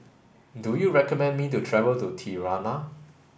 do you recommend me to travel to Tirana